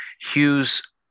Hughes